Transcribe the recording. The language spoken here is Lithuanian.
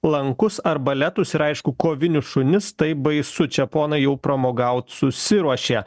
lankus arbaletus ir aišku kovinius šunis tai baisu čia ponai jau pramogaut susiruošė